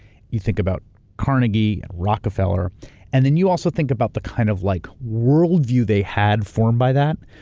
you think about carnegie and rockefeller and then you also think about the kind of like worldview they had formed by that,